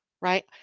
right